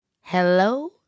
Hello